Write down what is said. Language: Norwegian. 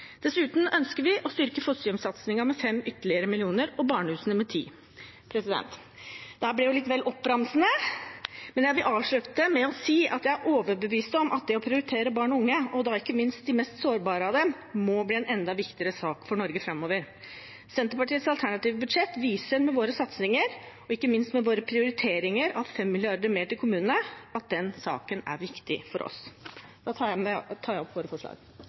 Dessuten ønsker vi å styrke fosterhjemsatsingen med ytterligere 5 mill. kr og barnehusene med 10 mill. kr. Dette ble litt vel oppramsende, men jeg vil avslutte med å si at jeg er overbevist om at det å prioritere barn og unge – og da ikke minst de mest sårbare av dem – må bli en enda viktigere sak for Norge framover. Senterpartiets alternative budsjett viser, med våre satsinger og ikke minst med våre prioriteringer på 5 mrd. kr mer til kommunene, at den saken er viktig for oss. Da tar jeg opp våre forslag. Da har representanten Åslaug Sem-Jacobsen tatt opp